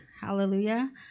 Hallelujah